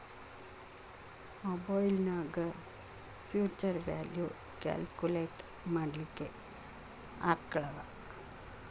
ಮಒಬೈಲ್ನ್ಯಾಗ್ future value calculate ಮಾಡ್ಲಿಕ್ಕೆ app ಗಳವ